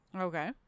Okay